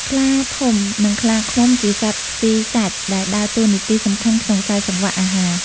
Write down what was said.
ខ្លាធំ និងខ្លាឃ្មុំ ជាសត្វស៊ីសាច់ដែលដើរតួនាទីសំខាន់ក្នុងខ្សែសង្វាក់អាហារ។